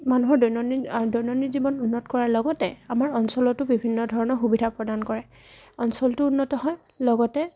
মানুহৰ দৈনন্দিন দৈনন্দিন জীৱন উন্নত কৰাৰ লগতে আমাৰ অঞ্চলতো বিভিন্ন ধৰণৰ সুবিধা প্ৰদান কৰে অঞ্চলটো উন্নত হয় লগতে